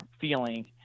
feeling